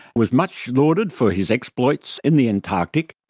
was much lauded for his exploits in the antarctic.